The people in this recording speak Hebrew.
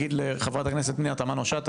אגיד לחברת הכנסת פנינה תמנו-שטה,